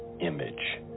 image